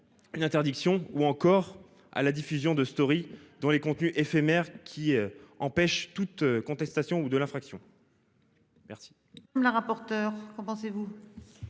Une interdiction ou encore à la diffusion de Story dont les contenus éphémères qui empêche toute contestation ou de l'infraction. Merci